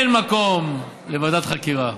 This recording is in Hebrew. אין מקום לוועדת חקירה.